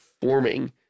forming